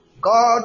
God